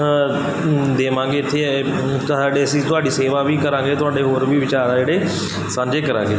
ਦੇਵਾਂਗੇ ਇੱਥੇ ਤਾਂ ਸਾਡੇ ਅਸੀਂ ਤੁਹਾਡੀ ਸੇਵਾ ਵੀ ਕਰਾਂਗੇ ਤੁਹਾਡੇ ਹੋਰ ਵੀ ਵਿਚਾਰ ਆ ਜਿਹੜੇ ਸਾਂਝੇ ਕਰਾਂਗੇ